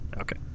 Okay